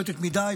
בועטת מדי,